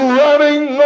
running